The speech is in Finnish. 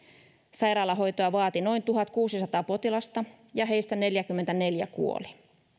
sairaalahoitoa vaati noin tuhatkuusisataa potilasta ja heistä neljäkymmentäneljä kuoli